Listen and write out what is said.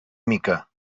mica